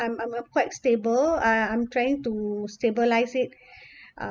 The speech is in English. I'm I'm quite stable uh I I'm trying to stabilize it uh